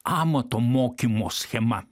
amato mokymo schema